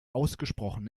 ausgesprochen